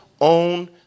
own